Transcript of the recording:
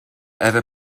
ever